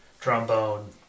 trombone